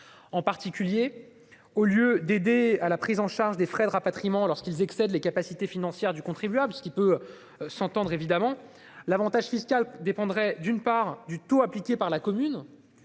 En particulier, au lieu d'aider à la prise en charge des frais de rapatriement lorsqu'ils excèdent les capacités financières du contribuable, l'avantage fiscal dépendrait, d'une part, du taux appliqué par la commune